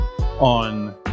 on